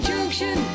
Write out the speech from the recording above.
Junction